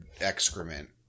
excrement